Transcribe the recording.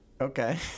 Okay